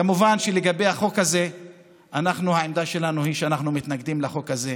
כמובן שלגבי החוק הזה העמדה שלנו היא שאנחנו מתנגדים לחוק הזה,